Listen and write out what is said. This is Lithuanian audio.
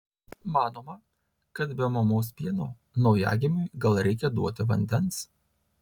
manoma kad be mamos pieno naujagimiui gal reikia duoti vandens